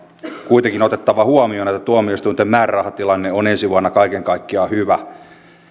kuitenkin on otettava huomioon että tuomioistuinten määrärahatilanne on ensi vuonna kaiken kaikkiaan hyvä